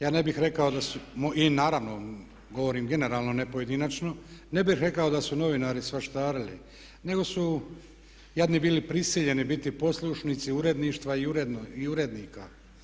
Ja ne bih rekao da su, i naravno govorim generalno ne pojedinačno, ne bih rekao da su novinari svaštarili nego su jadni bili prisiljeni biti poslušnici uredništva i urednika.